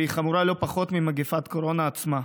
והיא חמורה לא פחות ממגפת הקורונה עצמה.